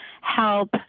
help